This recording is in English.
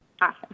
Awesome